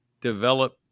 develop